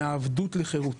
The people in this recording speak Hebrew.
מעבדות לחירות.